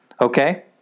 Okay